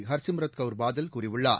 ஹர்சிம்ராட் கவுர் பாதல் கூறியுள்ளார்